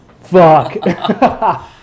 fuck